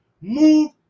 move